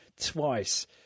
twice